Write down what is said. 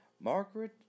Margaret